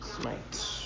smite